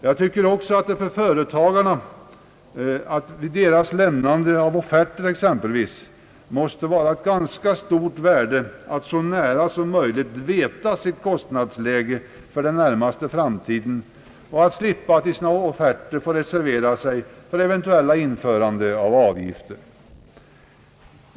Jag tycker också att det för företagarna vid t.ex. lämnande av offerter måste vara av ganska stort värde att så nära som möjligt veta sitt kostnadsläge för den närmaste framtiden och att slippa att i sina offerter reservera sig för eventuellt införande av avgifter.